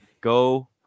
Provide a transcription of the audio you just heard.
Go